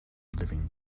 living